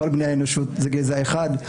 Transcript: כל בני האנוש זה גזע אחד.